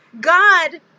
God